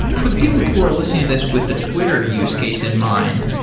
for the people who are listening to this with the twitter use case in mind,